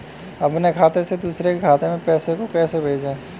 अपने खाते से दूसरे के खाते में पैसे को कैसे भेजे?